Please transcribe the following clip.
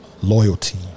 Loyalty